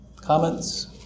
Comments